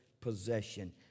possession